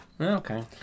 Okay